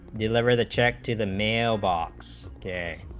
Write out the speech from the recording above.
deliver the check to the mailbox a